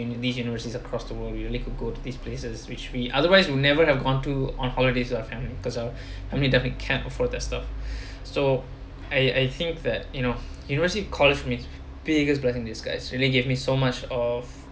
in these universities across the world we only could go to these places which we otherwise would never have gone to on holidays with our family because uh I mean definitely can't afford that stuff so I I think that you know university college makes biggest blessing in disguise really gave me so much of